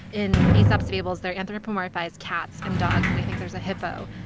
in aesop's fables, they're anthropomorphized cats and dogs and i think there's a hippo.